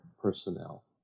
personnel